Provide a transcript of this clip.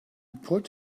put